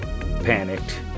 panicked